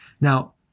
Now